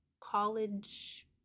college